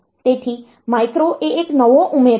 તેથી માઇક્રો એ એક નવો ઉમેરો છે